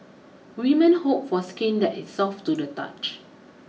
women hope for skin that is soft to the touch